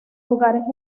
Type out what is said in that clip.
lugares